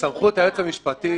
סמכות היועץ המשפטי,